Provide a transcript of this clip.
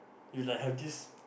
you like have this